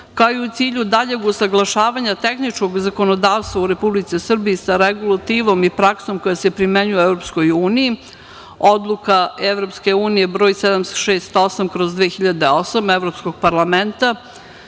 kao i u cilju daljeg usaglašavanja tehničkog zakonodavstva u Republici Srbiji, sa regulativom i praksom koja se primenjuje u EU, Odluka EU broj 7068/2008. Evropskog parlamenta